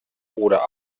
oder